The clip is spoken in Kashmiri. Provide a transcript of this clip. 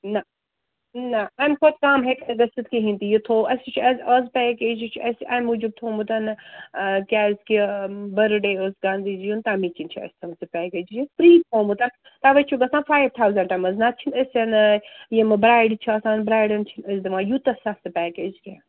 نہَ نہَ اَمہِ کھۄتہٕ کَم ہٮ۪کہِ نہٕ گٔژھِتھ کِہیٖنۍ تہِ یہِ تھوٚو اَسہِ یہِ چھُ اَسہِ اَز پیکیج یہِ چھِ اَسہِ اَمہِ موجوٗب تھوٚمُت کیٛازِ کہِ بٔرتھ ڈےٚ اوس گانٛدھی جِیُن تٔمی کِنۍ چھِ اَسہِ تھٲومٕژ یہِ پیکیج یہِ فرٛی تھوٚمُت تَوَے چھُ گژھان فایِو تھاوزَنٛٹ منٛز نَتہٕ چھِنہٕ أسی یِم برٛایڈ چھِ آسان برایڈنن چھِنہٕ أسۍ دِوان یوٗتاہ سَستہٕ پیکیج کیٚنٛہہ